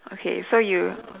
okay so you